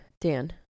Dan